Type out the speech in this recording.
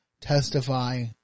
testify